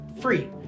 free